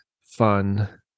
fun